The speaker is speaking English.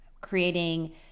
creating